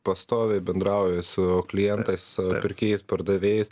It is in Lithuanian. pastoviai bendrauji su klientais pirkėjais pardavėjais